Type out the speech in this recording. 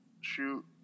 shoot